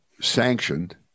sanctioned